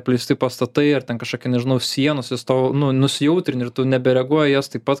apleisti pastatai ar ten kažkokie nežinau sienos jos tau nusijautrini ir tu nebereaguoji į jas taip pat